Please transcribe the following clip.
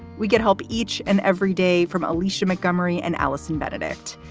we get help each and every day from alicia montgomery and allison benedikt.